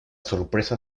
sorpresa